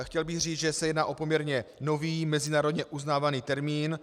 Chtěl bych říct, že se jedná o poměrně nový, mezinárodně uznávaný termín.